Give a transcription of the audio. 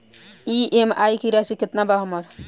EMI की राशि केतना बा हमर?